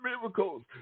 miracles